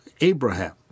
Abraham